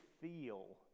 feel